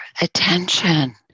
attention